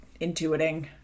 intuiting